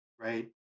right